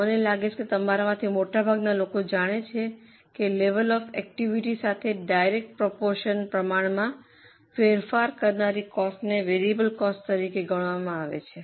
મને લાગે છે કે તમારામાંથી મોટા ભાગના લોકો જાણે છે કે લેવલ ઑફ એકટીવીટી સાથે ડાયરેક્ટ પ્રોપોરશન પ્રમાણમાં ફેરફાર કરનારી કોસ્ટને વેરિયેબલ કોસ્ટ તરીકે ગણવામાં આવે છે